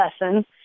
lesson